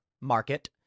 market